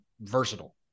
versatile